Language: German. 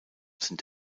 sind